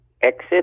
exit